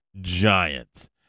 Giants